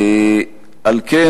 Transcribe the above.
על כן,